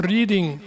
Reading